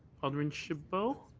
alderman chabot?